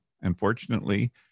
unfortunately